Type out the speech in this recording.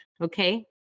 okay